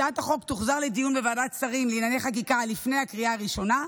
הצעת החוק תוחזר לדיון בוועדת שרים לענייני חקיקה לפני הקריאה הראשונה.